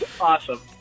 Awesome